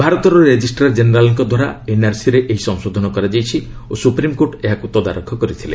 ଭାରତର ରେଜିଷ୍ଟ୍ରାର ଜେନେରାଲଙ୍କ ଦ୍ୱାରା ଏନ୍ଆର୍ସିରେ ଏହି ସଂଶୋଧନ କରାଯାଇଛି ଓ ସୁପ୍ରିମକୋର୍ଟ ଏହାକୁ ତଦାରଖ କରିଥିଲେ